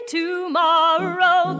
tomorrow